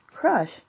Crush